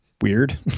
Weird